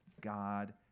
God